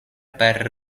per